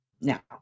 Now